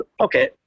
Okay